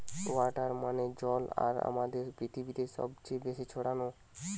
water মানে জল আর আমাদের পৃথিবীতে সবচে বেশি ছড়ানো